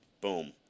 boom